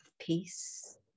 peace